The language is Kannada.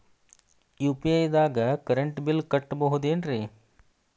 ಯು.ಪಿ.ಐ ದಾಗ ಕರೆಂಟ್ ಬಿಲ್ ಕಟ್ಟಬಹುದೇನ್ರಿ?